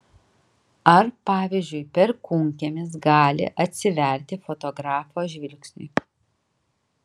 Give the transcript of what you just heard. ar pavyzdžiui perkūnkiemis gali atsiverti fotografo žvilgsniui